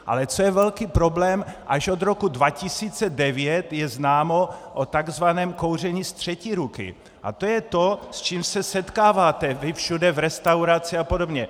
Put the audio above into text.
Ale co je velký problém, až od roku 2009 je známo o takzvaném kouření z třetí ruky, a to je to, s čím se setkáváte vy všude v restauraci a podobně.